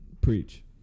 Preach